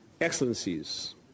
Excellencies